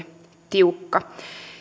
tiukka